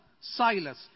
Silas